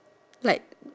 like